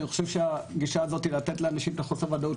אני חושב שהגישה הזאת לתת לאנשים את חוסר הוודאות,